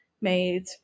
made